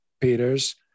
Peters